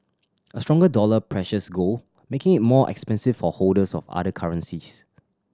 a stronger dollar pressures gold making it more expensive for holders of other currencies